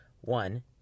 One